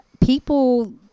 people